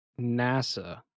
nasa